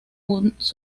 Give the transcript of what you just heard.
sus